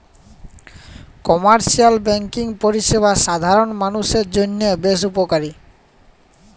commercial banking পরিষেবা সাধারল মালুষের জন্হে বেশ উপকারী